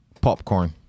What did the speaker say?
Popcorn